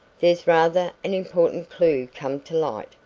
there's rather an important clue come to light,